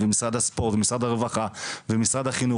ומשרד הספורט ומשרד הרווחה ומשרד החינוך,